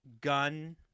gun